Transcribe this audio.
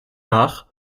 nach